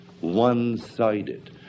one-sided